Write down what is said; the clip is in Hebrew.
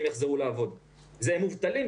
פתאום יחזרו לעבוד אלא הם מובטלים,